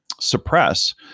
suppress